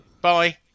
bye